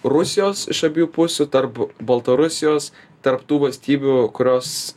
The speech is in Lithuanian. rusijos iš abiejų pusių tarp baltarusijos tarp tų valstybių kurios